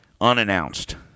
unannounced